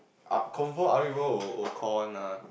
uh confirm other people will call one ah